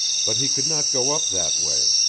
but he could not go up that way.